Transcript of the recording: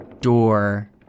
door